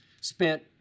Spent